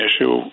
issue